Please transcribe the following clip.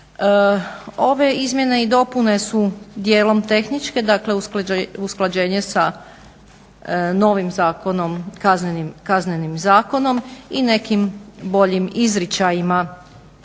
Ove izmjene i dopune su dijelom tehničke, dakle usklađenje sa novim KZ-om i nekim boljim izričajima